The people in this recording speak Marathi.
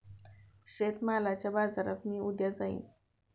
शेतमालाच्या बाजारात मी उद्या जाईन